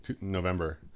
November